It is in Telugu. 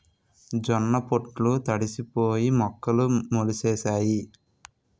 జొన్న పొట్లు తడిసిపోయి మొక్కలు మొలిసేసాయి